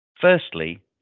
Firstly